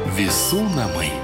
visų namai